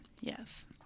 yes